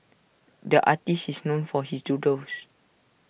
the artist is known for his doodles